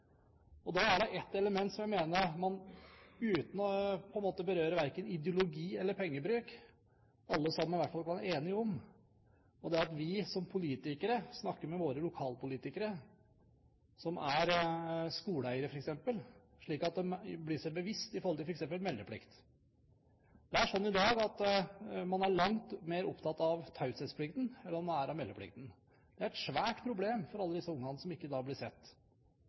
for disse ungene. Da er det ett element som jeg mener alle sammen i hvert fall kan være enige om, uten å berøre verken ideologi eller pengebruk, og det er at vi som politikere snakker med våre lokalpolitikere som er skoleeiere f.eks., slik at de er seg meldeplikten bevisst. Det er slik i dag at man er langt mer opptatt av taushetsplikten enn man er av meldeplikten. Det er et stort problem for alle disse ungene som ikke blir sett.